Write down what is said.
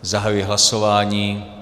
Zahajuji hlasování.